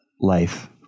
life